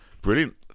Brilliant